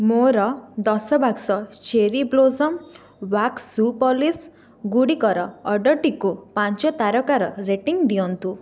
ମୋର ଦଶ ବାକ୍ସ cherry blossom wax shoe polish ଗୁଡ଼ିକର ଅର୍ଡ଼ର୍ଟିକୁ ପାଞ୍ଚ ତାରକାର ରେଟିଂ ଦିଅନ୍ତୁ